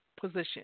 position